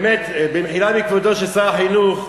באמת, במחילה מכבודו של שר החינוך,